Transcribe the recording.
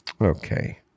Okay